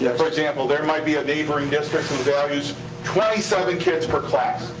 yeah for example, there might be a neighboring district who values twenty seven kids per class.